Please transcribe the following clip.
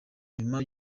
nyuma